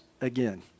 again